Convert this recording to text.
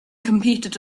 competed